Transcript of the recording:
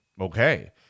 Okay